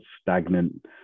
stagnant